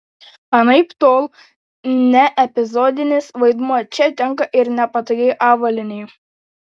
anaiptol ne epizodinis vaidmuo čia tenka ir nepatogiai avalynei